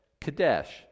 Kadesh